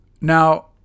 Now